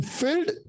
filled